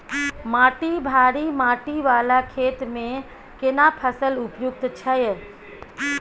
माटी भारी माटी वाला खेत में केना फसल उपयुक्त छैय?